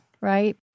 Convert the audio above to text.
right